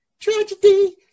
Tragedy